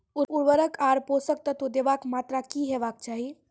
उर्वरक आर पोसक तत्व देवाक मात्राकी हेवाक चाही?